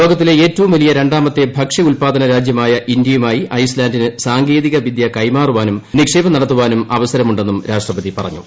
ലോകത്തിലെ ഏറ്റവും വലിയ രണ്ടാമത്തെ ഭക്ഷ്യ ഉൽപാദന രാജ്യമായ ഇന്ത്യയുമായി ഐസ്ലാന്റിന് സാങ്കേതികവിദൃ കൈമാറുവാനും നിക്ഷേപം നടത്തുവാനും അവസരമുണ്ടെന്നും രാഷ്ട്രപതി പറഞ്ഞു